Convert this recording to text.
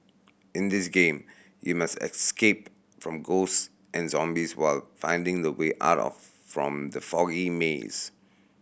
in this game you must escape from ghosts and zombies while finding the way out of from the foggy maze